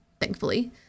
thankfully